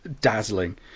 dazzling